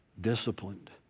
disciplined